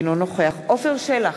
אינו נוכח עפר שלח,